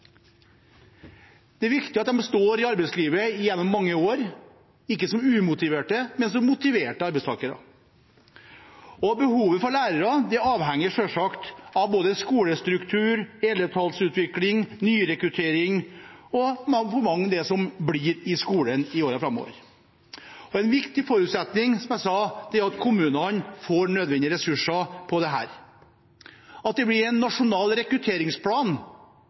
Det er viktig at de står i arbeidslivet i mange år – ikke som umotiverte arbeidstakere, men som motiverte arbeidstakere. Behovet for lærere avhenger selvsagt av både skolestruktur, elevtallsutvikling, nyrekruttering og hvor mange som blir i skolen i årene framover. En viktig forutsetning er, som jeg sa, at kommunene får de nødvendige ressursene til dette, og at det blir en nasjonal rekrutteringsplan